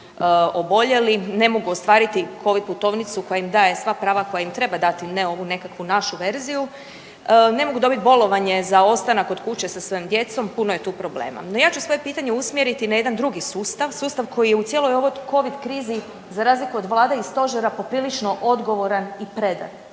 ne mogu ostvariti covid putovnicu koja im daje sva prava koja im treba dati, ne ovu nekakvu našu verziju, ne mogu dobiti bolovanje za ostanak kod kuće sa svojom djecom, puno je tu problema. No, ja ću svoje pitanje usmjeriti na jedan drugi sustav, sustav koji je u cijeloj ovoj Covid krizi, za razliku od Vlade i Stožera poprilično odgovoran i predan,